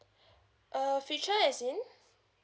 uh future as in